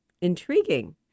intriguing